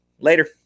Later